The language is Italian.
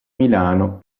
milano